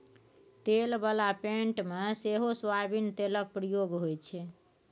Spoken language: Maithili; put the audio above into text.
तेल बला पेंट मे सेहो सोयाबीन तेलक प्रयोग होइ छै